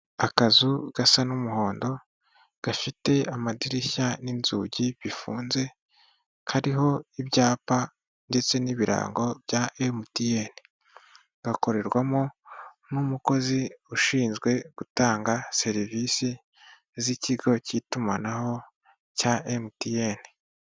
Akazu gasa n'umuhondo gafite amadirishya n'inzugi bifunze, kariho ibyapa ndetse n'ibirango bya Emutiyene gakorerwamo n'umukozi ushinzwe gutanga serivisi z'ikigo cy'itumanaho cya Emutiyene.